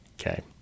okay